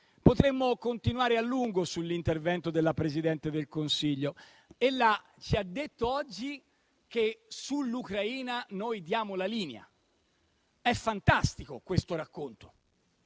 Potremmo continuare a lungo sull'intervento della Presidente del Consiglio. Ella ci ha detto oggi che sull'Ucraina noi diamo la linea. Questo racconto